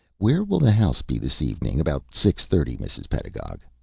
where will the house be this evening about six-thirty, mrs. pedagog?